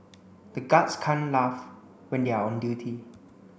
the guards can't laugh when they are on duty